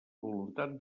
voluntat